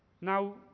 Now